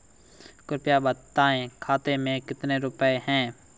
कृपया बताएं खाते में कितने रुपए हैं?